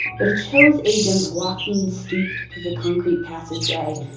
but it shows agents walking stooped through the concrete passageway,